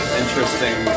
interesting